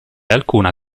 alcuna